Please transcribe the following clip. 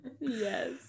yes